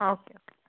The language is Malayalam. ആ ഓക്കെ ഓക്കെ